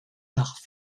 nach